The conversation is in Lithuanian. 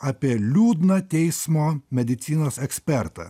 apie liūdną teismo medicinos ekspertą